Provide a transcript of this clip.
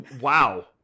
Wow